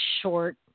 short